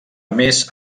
més